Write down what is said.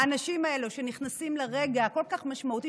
האנשים האלה נכנסים לרגע כל כך משמעותי